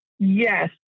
Yes